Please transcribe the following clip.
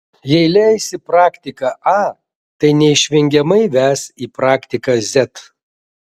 jei leisi praktiką a tai neišvengiamai ves į praktiką z